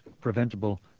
Preventable